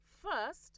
First